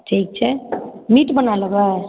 ठीक छै मीट बना लेबै